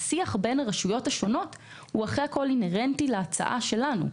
השיח בין הרשויות השונות הוא אינהרנטי להצעה שלנו.